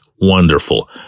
wonderful